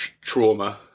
trauma